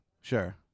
Sure